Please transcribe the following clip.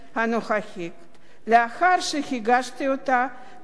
לאחר שהגשתי אותה כבר בקדנציה הקודמת.